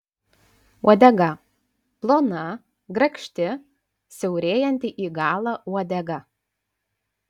uodega plona grakšti siaurėjanti į galą uodega